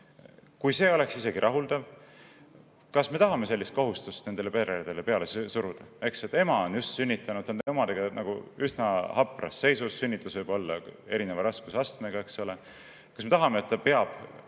kui see oleks rahuldav, kas me tahaksime sellist kohustust nendele peredele peale suruda? Ema on just sünnitanud, ta on omadega üsna hapras seisus – sünnitus võib olla erineva raskusastmega, eks ole. Kas me tahame, et ta peab